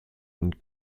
und